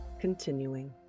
continuing